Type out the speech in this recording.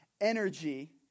energy